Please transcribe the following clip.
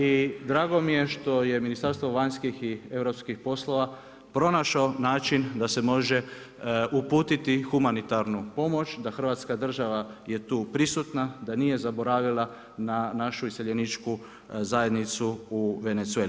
I drago mi je što je Ministarstvo vanjskih i europskih poslova, pronašao način, da se može uputiti humanitarnu pomoć, da Hrvatska država je tu prisutna, da nije zaboravila na našu iseljeničku zajednicu u Venezueli.